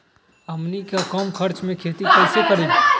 हमनी कम खर्च मे खेती कई से करी?